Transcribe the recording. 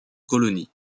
colonie